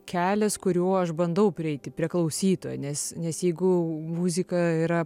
kelias kuriuo aš bandau prieiti prie klausytojo nes nes jeigu muzika yra